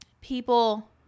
people